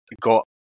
got